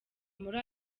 muri